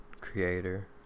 creator